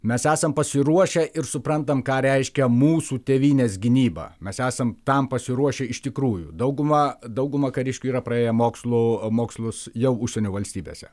mes esam pasiruošę ir suprantam ką reiškia mūsų tėvynės gynyba mes esam tam pasiruošę iš tikrųjų dauguma dauguma kariškių yra praėję mokslų mokslus jau užsienio valstybėse